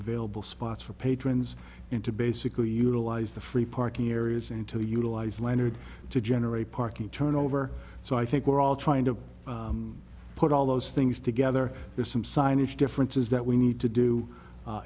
available spots for patrons into basically utilize the free parking areas and to utilize lenard to generate parking turnover so i think we're all trying to put all those things together there's some signage differences that we need to do